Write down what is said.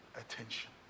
attention